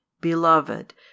beloved